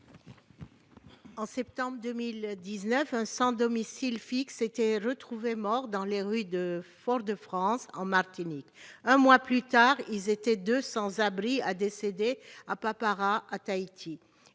de septembre 2019, un sans-domicile fixe a été retrouvé mort dans les rues de Fort-de-France, en Martinique. Un mois plus tard, deux sans-abris décédaient à Papara, à Tahiti.